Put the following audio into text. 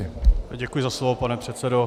Děkuji za slovo, pane předsedo.